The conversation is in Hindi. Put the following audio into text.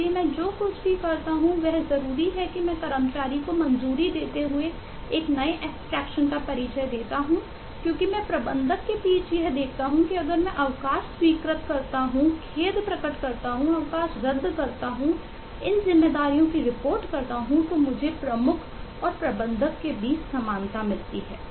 इसलिए मैं जो कुछ भी करता हूं वह जरूरी है कि मैं कर्मचारी को मंजूरी देते हुए एक नए एब्स्ट्रेक्शन का परिचय देता हूं क्योंकि मैं प्रबंधक के बीच यह देखता हूं कि अगर मैं अवकाश स्वीकृत करता हूं खेद प्रकट करता हूं अवकाश रद्द करता हूं इन जिम्मेदारियों की रिपोर्ट करता हूं तो मुझे प्रमुख और प्रबंधक के बीच समानता मिलती है